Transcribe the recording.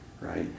right